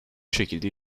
şekilde